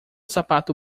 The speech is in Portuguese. sapato